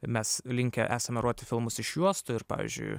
mes linkę esame rodyti filmus iš juostų ir pavyzdžiui